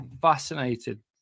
fascinated